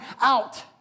out